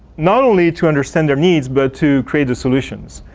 not only to understand their needs but to create the solutions.